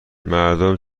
مردم